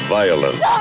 violent